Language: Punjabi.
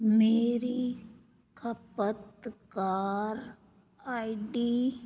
ਮੇਰੀ ਖਪਤਕਾਰ ਆਈਡੀ